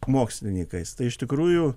mokslininkais tai iš tikrųjų